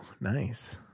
nice